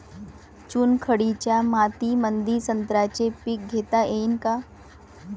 चुनखडीच्या मातीमंदी संत्र्याचे पीक घेता येईन का?